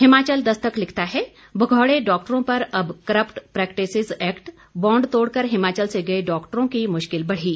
हिमाचल दस्तक लिखता है भगौड़े डॉक्टरों पर अब करप्ट प्रैक्टिसिज एक्ट बांड तोड़कर हिमाचल से गए डॉक्टरों की मुश्किल बढ़ी